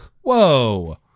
Whoa